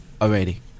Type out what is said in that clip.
already